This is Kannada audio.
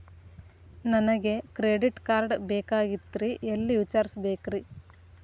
ನನಗೆ ಕ್ರೆಡಿಟ್ ಕಾರ್ಡ್ ಬೇಕಾಗಿತ್ರಿ ಎಲ್ಲಿ ವಿಚಾರಿಸಬೇಕ್ರಿ?